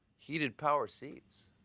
heated power seats.